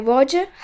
Roger